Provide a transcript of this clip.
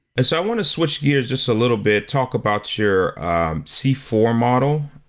and so i want to switch gears just a little bit, talk about your c four model.